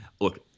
look